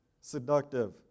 seductive